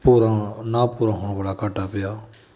ਪੂਰਾ ਨਾ ਪੂਰਾ ਹੋਣ ਵਾਲਾ ਘਾਟਾ ਪਿਆ